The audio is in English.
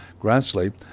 Grassley